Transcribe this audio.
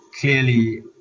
clearly